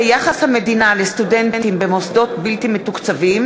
יחס המדינה לסטודנטים במוסדות בלתי מתוקצבים,